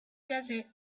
desert